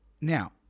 Now